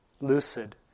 lucid